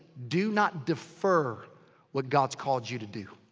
do not defer what god's called you to do.